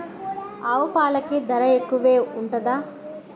ఆవు పాలకి ధర ఎక్కువే ఉంటదా?